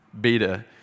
beta